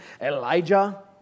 Elijah